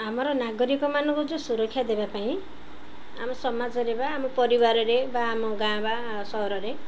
ଆମର ନାଗରିକମାନଙ୍କୁ ଯେଉଁ ସୁରକ୍ଷା ଦେବା ପାଇଁ ଆମ ସମାଜରେ ବା ଆମ ପରିବାରରେ ବା ଆମ ଗାଁ ବା ସହରରେ